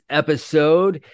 episode